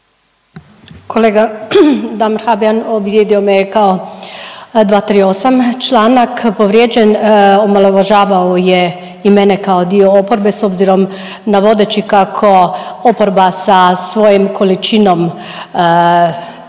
Kolega Damir Habijan uvrijedio me je kao, 238. članak povrijeđen. Omalovažavao je i mene kao dio oporbe s obzirom navodeći kako oporba sa svojom količinom replika